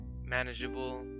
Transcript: manageable